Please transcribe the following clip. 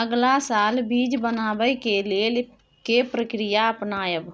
अगला साल बीज बनाबै के लेल के प्रक्रिया अपनाबय?